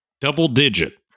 Double-digit